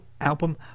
album